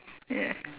yeah